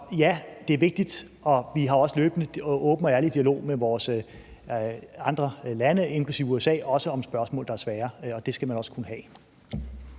ja, det er vigtigt, og vi har også løbende en åben og ærlig dialog med andre lande, inklusive USA, også om spørgsmål, der er svære. Det skal man også kunne have.